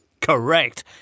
Correct